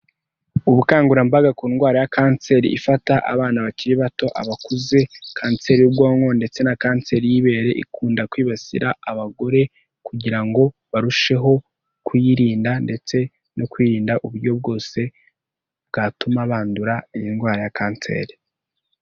Ubukangurambaga ku ndwara ya kanseri ifata abana bakiri bato abakuze, kanseri y'ubwonko ndetse na kanseri y'ibere, ikunda kwibasira abagore, kugira ngo barusheho kuyirinda ndetse no kwirinda uburyo bwose, bwatuma bandura iyi ndwara ya kanseri.